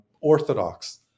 orthodox